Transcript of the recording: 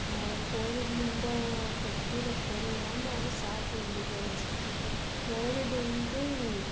ನಾವು ಕೋವಿಡ್ನಿಂದ ಪಟ್ಟಿರೋ ಪರಿಣಾಮ ಸಾಕು ಇಲ್ಲಿಗೆ ಅನ್ಸ್ಬಿಟ್ಟೈತೆ ಕೋವಿಡ್ ಒಂದು